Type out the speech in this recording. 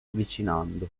avvicinando